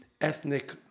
ethnic